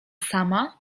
sama